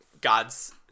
God's